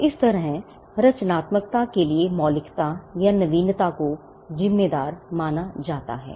तो इस तरह रचनात्मकता के लिए मौलिकता या नवीनता को जिम्मेदार माना जाता है